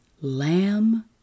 Lamb